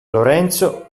lorenzo